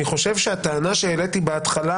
אני חושב שהטענה שהעליתי בהתחלה,